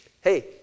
hey